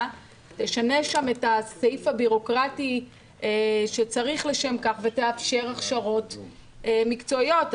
תשנה שם את הסעיף הבירוקרטי שצריך לשם כך ותאפשר הכשרות מקצועיות.